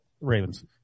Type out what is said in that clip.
Ravens